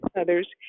others